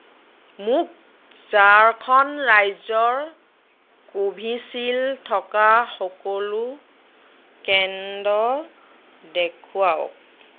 মোক ঝাৰখণ্ড ৰাজ্যৰ কোভিচিল্ড থকা সকলো কেন্দ্ৰ দেখুৱাওক